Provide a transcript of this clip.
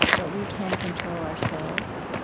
but we can control ourselves.